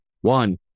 One